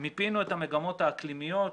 מיפינו את המגמות האקלימיות.